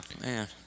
man